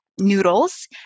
noodles